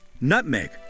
nutmeg